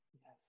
yes